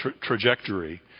trajectory